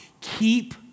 Keep